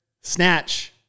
snatch